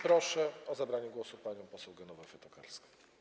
Proszę o zabranie głosu panią poseł Genowefę Tokarską.